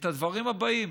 את הדברים הבאים: